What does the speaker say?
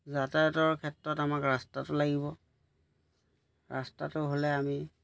যাতায়তৰ ক্ষেত্ৰত আমাক ৰাস্তাটো লাগিব ৰাস্তাটো হ'লে আমি